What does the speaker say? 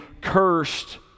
cursed